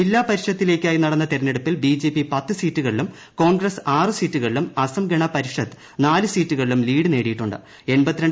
ജില്ലാ പരിഷത്തിലേയ്ക്കായി നടന്ന തെരഞ്ഞെടുപ്പിൽ ബിജെപി പത്ത് സീറ്റുകളിലും കോൺഗ്രസ് ആറ് സീറ്റുകളിലും അസം ഗണ പരിഷത്ത് നാല് സീറ്റുകളിലും ലീഡ് നേടിയുണ്ട്